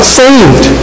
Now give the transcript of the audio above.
saved